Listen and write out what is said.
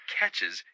catches